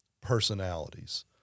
personalities